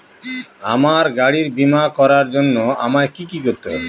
আমার গাড়ির বীমা করার জন্য আমায় কি কী করতে হবে?